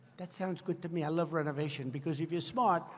that sounds good to me. i love renovation. because if you're smart,